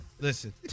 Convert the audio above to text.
Listen